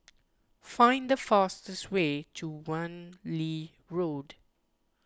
find the fastest way to Wan Lee Road